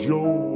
Joe